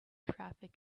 traffic